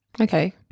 Okay